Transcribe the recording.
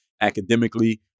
academically